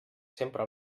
sempre